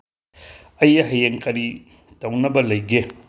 ꯑꯩ ꯍꯌꯦꯡ ꯀꯔꯤ ꯇꯧꯅꯕ ꯂꯩꯒꯦ